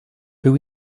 who